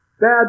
bad